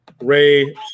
Ray